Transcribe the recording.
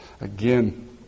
Again